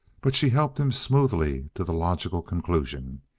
but she helped him smoothly to the logical conclusion.